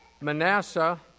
Manasseh